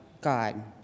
God